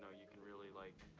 ah you can really, like,